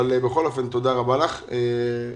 בכל אופן, תודה רבה לך, מעין.